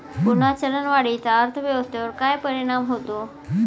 पुन्हा चलनवाढीचा अर्थव्यवस्थेवर काय परिणाम होतो